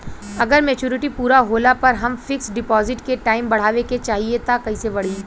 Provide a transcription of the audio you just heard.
अगर मेचूरिटि पूरा होला पर हम फिक्स डिपॉज़िट के टाइम बढ़ावे के चाहिए त कैसे बढ़ी?